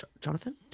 jonathan